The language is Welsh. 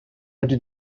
ydy